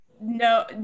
no